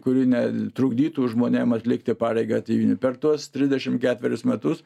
kuri ne trukdytų žmonėm atlikti pareigą tėvynei per tuos trisdešimt ketverius metus